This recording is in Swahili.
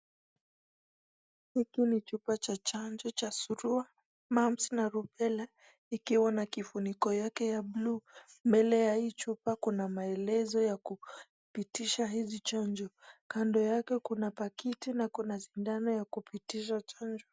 Hiki ni chupa cha chanjo ya surua, mumps na rubela ikiwa na kifuniko yake ya buluu. Mbele ya hii chupa kuna maelezo ya kupitisha hizi chanjo kando yake kuna pakiti na kuna sindano ya kupitisha chanjo.